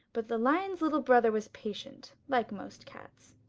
but the lion's little brother was patient, like most cats.